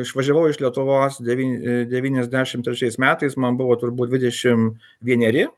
išvažiavau iš lietuvos devyni devyniasdešimt trečiais metais man buvo turbūt dvidešimt vieneri